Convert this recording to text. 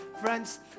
Friends